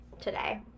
today